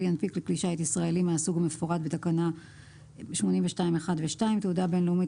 יפיק לכלי שיט ישראלי מהסוג המפורט בתקנה 82(1) ו-(2) תעודה בין-לאומית